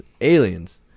aliens